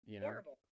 Horrible